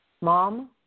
Mom